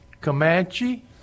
Comanche